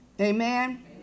Amen